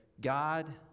God